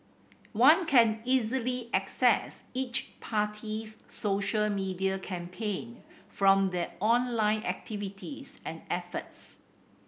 one can easily assess each party's social media campaign from their online activities and efforts